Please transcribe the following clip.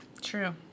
True